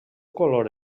color